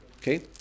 Okay